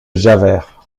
javert